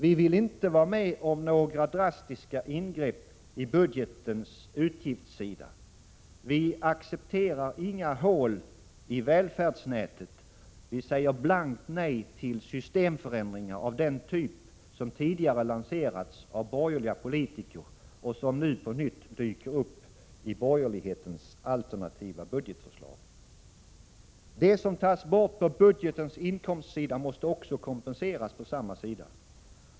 Vi vill inte vara med om några drastiska ingrepp i budgetens utgiftssida. Vi accepterar inga hål i välfärdsnätet. Vi säger blankt nej till systemförändringar av den typ som tidigare lanserats av borgerliga politiker och som nu på nytt dyker upp i borgerlighetens alternativa budgetförslag. Det som tas bort på budgetens inkomstsida måste också kompenseras på samma sida.